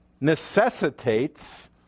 necessitates